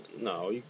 No